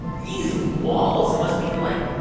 these walls must be, like,